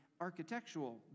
architectural